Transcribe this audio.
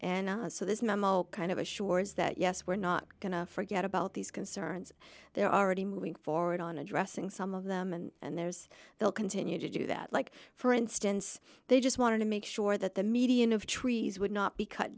passed and so this memo kind of assures that yes we're not going to forget about these concerns they're already moving forward on addressing some of them and there's they'll continue to do that like for instance they just want to make sure that the median of trees would not be cut